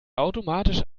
automatisch